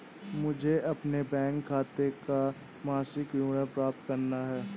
मुझे अपने बैंक खाते का मासिक विवरण प्राप्त करना है?